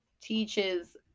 teaches